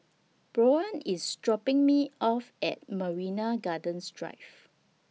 Bryon IS dropping Me off At Marina Gardens Drive